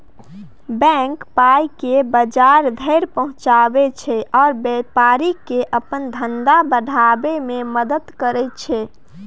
bank पाइकेँ बजार धरि पहुँचाबै छै आ बेपारीकेँ अपन धंधा बढ़ाबै मे मदद करय छै